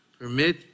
permit